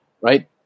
right